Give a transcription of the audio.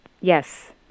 Yes